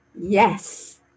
Yes